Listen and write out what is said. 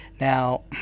now